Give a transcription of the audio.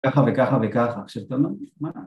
‫ככה וככה וככה, ‫עכשיו אתה אומר לי, מה?